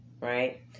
right